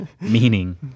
meaning